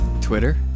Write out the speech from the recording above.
Twitter